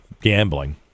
gambling